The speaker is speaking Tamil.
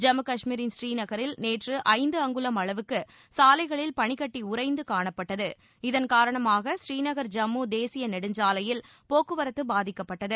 ஜம்மு கஷ்மீரின் ஸ்ரீநகரில் நேற்று ஐந்து அங்குலம் அளவுக்கு சாலைகளில் பனிக்கட்டி உறைந்து காணப்பட்டது இதன் காரணமாக ஸ்ரீநகர் ஜம்மு தேசிய நெடுஞ்சாலையில் போக்குவரத்து பாதிக்கப்பட்டது